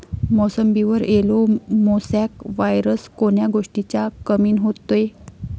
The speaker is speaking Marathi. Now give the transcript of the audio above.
मोसंबीवर येलो मोसॅक वायरस कोन्या गोष्टीच्या कमीनं होते?